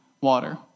water